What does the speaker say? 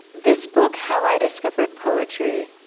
this book, how i discovered poetry,